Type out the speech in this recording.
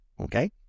okay